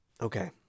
Okay